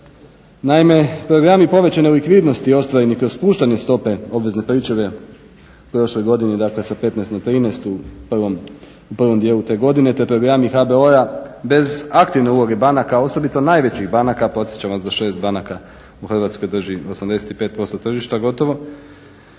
Naime, programi povećane likvidnosti ostvareni kroz spuštanje stope obvezne pričuve u prošloj godini dakle sa 15 na 13 u prvom dijelu te godine, te programi HBOR-a bez aktivne uloge banaka osobito najvećih banaka, podsjećam vas da 6 banaka u Hrvatskoj drži 85% tržišta gotovo,